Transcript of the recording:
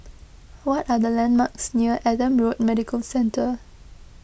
what are the landmarks near Adam Road Medical Centre